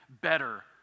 better